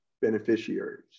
beneficiaries